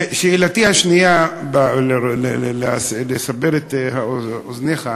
ושאלתי השנייה, לסבר את אוזנך: